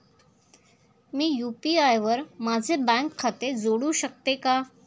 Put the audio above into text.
मी UPI वर माझे bank खाते जोडू शकतो का?